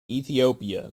ethiopia